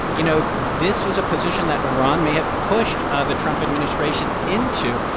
you know, this was a position that iran may have pushed ah the trump administration into,